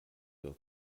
wird